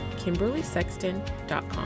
KimberlySexton.com